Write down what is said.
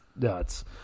nuts